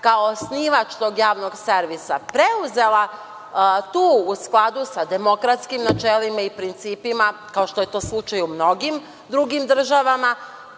kao osnivač tog javnog servisa preuzela, tu u skladu sa demokratskim načelima i principima, kao što je to slučaj u mnogim drugim državama,